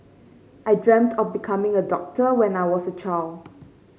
I dreamt of becoming a doctor when I was a child